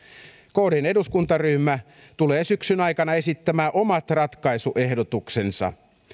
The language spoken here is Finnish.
kdn eduskuntaryhmä tulee syksyn aikana esittämään omat ratkaisuehdotuksensa